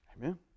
Amen